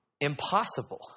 impossible